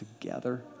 together